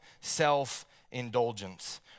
self-indulgence